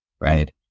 right